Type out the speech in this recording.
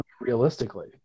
Realistically